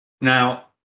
Now